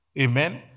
Amen